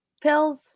pills